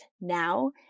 now